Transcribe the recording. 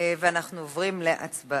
אנחנו עוברים להצבעה.